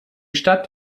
stadt